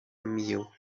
meal